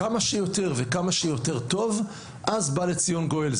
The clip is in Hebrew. כמה שיותר, אז בא לציון גואל.